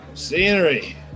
Scenery